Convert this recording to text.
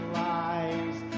lies